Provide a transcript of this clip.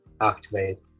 activate